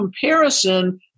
comparison